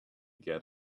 get